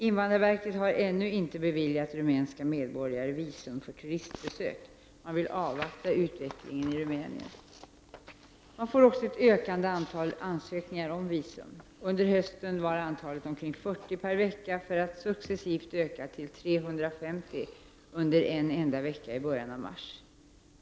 Invandrarverket har ännu inte beviljat rumänska medborgare visum för turistbesök. Man vill avvakta utvecklingen i Rumänien. Man får också ett ökande antal ansökningar om visum. Under hösten var antalet omkring 40 per vecka för att successivt öka till 350 under en enda vecka i början av mars.